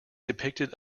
depicted